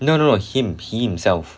no no no him himself